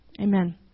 Amen